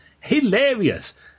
Hilarious